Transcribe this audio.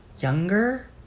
Younger